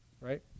right